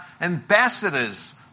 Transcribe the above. ambassadors